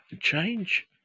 Change